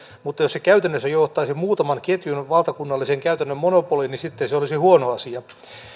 mutta jos ne käytännössä johtaisivat muutaman ketjun valtakunnalliseen monopoliin niin sitten ne olisivat huono asia